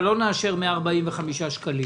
אבל לא נאשר 145 שקלים,